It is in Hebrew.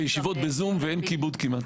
הישיבות ב"זום" ואין כיבוד כמעט.